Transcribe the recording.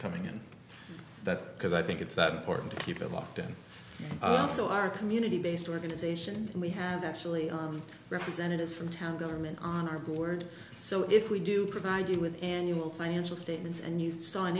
coming and that because i think it's that important to keep it off then also our community based organizations and we have actually representatives from town government on our board so if we do provide you with annual financial statements and you saw an